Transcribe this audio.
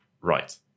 Right